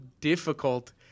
difficult